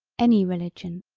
any religion,